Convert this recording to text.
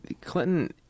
Clinton